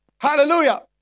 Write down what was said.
Hallelujah